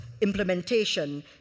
implementation